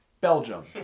Belgium